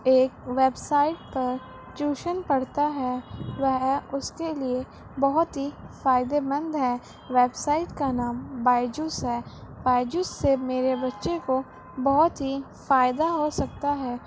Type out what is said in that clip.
ایک website پر ٹیوشن پڑھتا ہے وہ اس کے لیے بہت ہی فائدہ مند ہے ویب سائٹ کا نام بائیجوس ہے بائیجوس سے میرے بچے کو بہت ہی فائدہ ہو سکتا ہے